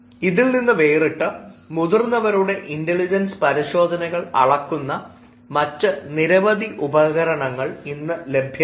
ഇതിൽനിന്ന് വേറിട്ട് മുതിർന്നവരുടെ ഇന്റലിജൻസ് പരിശോധനകൾ അളക്കുന്ന മറ്റ് നിരവധി ഉപകരണങ്ങൾ ഇന്ന് ലഭ്യമാണ്